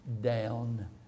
down